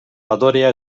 adorea